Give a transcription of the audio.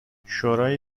شورای